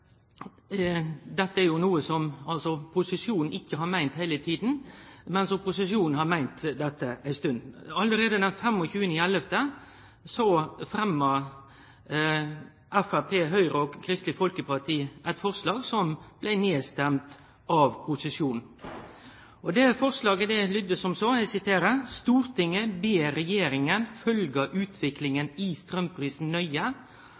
dette er noko som posisjonen ikkje har meint heile tida, mens opposisjonen har meint dette ei stund. Allereie den 25. november i fjor fremma Framstegspartiet, Høgre og Kristeleg Folkeparti eit forslag som blei nedstemt av posisjonen. Det forslaget lydde som så: «Stortinget ber regjeringen følge utviklingen i strømprisen nøye,